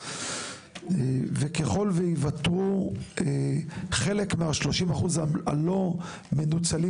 וככל שייוותרו חלק מה-30% הלא מנוצלים